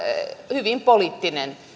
hyvin poliittinen